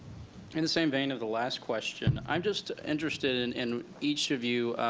in the same vein of the last question, i'm just interested in in each of you,